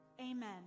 amen